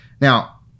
Now